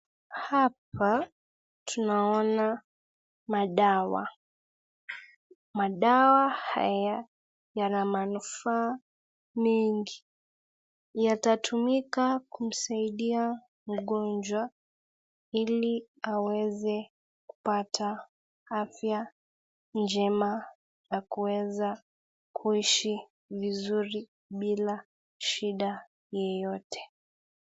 Hapa tunaona madawa ,madawa haya yana manufaa mingi yatatumika kumsaidia mgonjwa ili aweze kupata afya njema na kuweza kuishi vizuri bila shida yoyote.